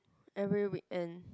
every weekend